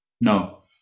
No